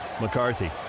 McCarthy